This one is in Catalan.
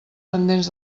pendents